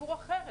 סיפור אחר.